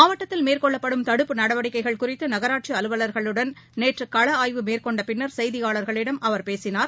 மாவட்டத்தில் மேற்கொள்ளப்படும் தடுப்பு நடவடிக்கைகள் குறித்துநகராட்சிஅலுவலர்களுடன் நேற்றுகளஆய்வு மேற்கொண்டபின்னர் செய்தியாளர்களிடம் அவர் பேசினார்